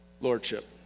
lordship